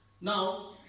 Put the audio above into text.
Now